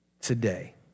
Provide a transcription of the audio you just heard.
Today